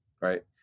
right